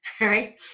right